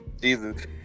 Jesus